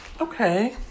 okay